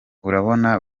urabona